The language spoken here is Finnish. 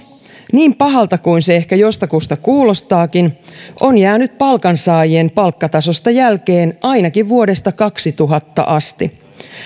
niin pahalta kuin se ehkä jostakusta kuulostaakin on jäänyt palkansaajien palkkatasosta jälkeen ainakin vuodesta kaksituhatta asti